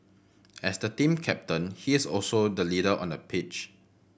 as the team captain he is also the leader on the pitch